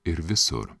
ir visur